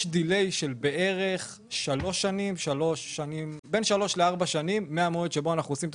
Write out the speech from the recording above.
יש דיליי של בערך בין שלוש לארבע שנים מהמועד שבו אנחנו עושים את